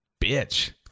Bitch